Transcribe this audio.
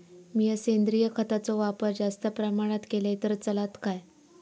मीया सेंद्रिय खताचो वापर जास्त प्रमाणात केलय तर चलात काय?